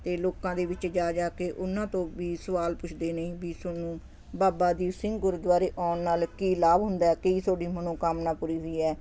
ਅਤੇ ਲੋਕਾਂ ਦੇ ਵਿੱਚ ਜਾ ਜਾ ਕੇ ਉਹਨਾਂ ਤੋਂ ਵੀ ਸਵਾਲ ਪੁੱਛਦੇ ਨੇ ਵੀ ਤੁਹਾਨੂੰ ਬਾਬਾ ਦੀਪ ਸਿੰਘ ਗੁਰਦੁਆਰੇ ਆਉਣ ਨਾਲ ਕੀ ਲਾਭ ਹੁੰਦਾ ਕਈ ਤੁਹਾਡੀ ਮਨੋਕਾਮਨਾ ਪੂਰੀ ਹੋਈ ਹੈ